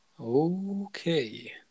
Okay